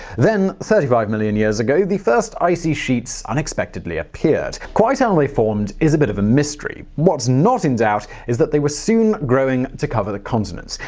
then, thirty five millions years ago, the first ice sheets unexpectedly appeared. quite how and they formed is a bit of a mystery. what's not in doubt is that they were soon growing to cover the continent.